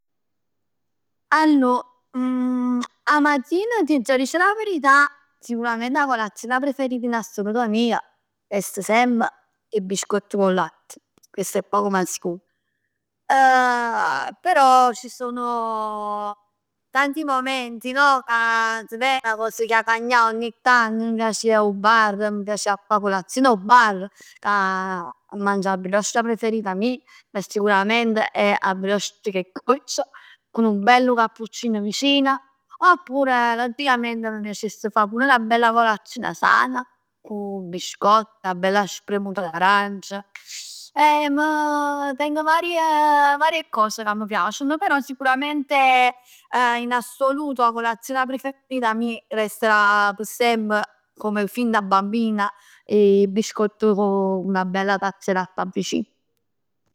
Allor 'a matin t'aggia dicere 'a verità, sicurament 'a colazione preferita mia, foss semp 'e biscott cu 'o latt. Chest è poc ma sicuro. Però ci sono tanti momenti ca t' ven 'a cos che 'a cagnà ogni tanto, mi piace a ji dint 'o bar, m' piace 'a fa colazione 'o bar a mangià 'a brioche preferita mia, che sicuramente è 'a brioche cu 'e gocc, cu nu bello cappuccin vicin, oppure logicament m'piacess 'a fa pur 'na bella colazion sana, cu biscott, 'na bella spremuta d'arancia. Tengo varie varie cose ca m' piaceno, però sicuramente in assoluto 'a colazione preferita mia resta p' semp, come fin da bambina, 'e biscott cu 'na tazz 'e latt avvicin.